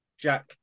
Jack